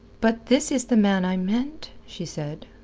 but this is the man i meant, she said.